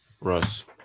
Russ